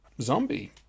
zombie